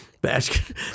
basket